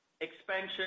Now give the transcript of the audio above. expansion